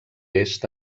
est